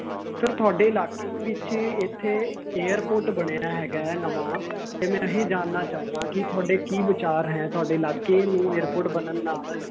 sir ਤੁਹਾਡੇ ਇਲਾਕੇ ਦੇ ਵਿੱਚ ਇੱਥੇ ਏਅਰਪੋਰਟ ਬਣਿਆ ਹੈਗਾ ਹੈ ਨਵਾਂ ਅਤੇ ਮੈਂ ਇਹ ਜਾਣਨਾ ਚਾਹੁੰਦਾ ਕਿ ਤੁਹਾਡੇ ਕੀ ਵਿਚਾਰ ਹੈ ਤੁਹਾਡੇ ਇਲਾਕੇ ਨੂੰ ਏਅਰਪੋਰਟ ਬਣਨ ਨਾਲ